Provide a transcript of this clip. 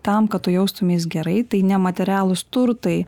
tam kad tu jaustumeis gerai tai ne materialūs turtai